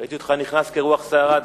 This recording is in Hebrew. ראיתי אותך נכנס כרוח סערה,